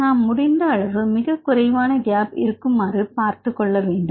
நாம் முடிந்த அளவு மிகக்குறைவான கேப் இருக்குமாறு பார்த்துக்கொள்ள வேண்டும்